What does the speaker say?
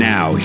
Now